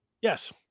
Yes